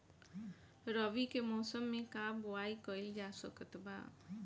रवि के मौसम में का बोआई कईल जा सकत बा?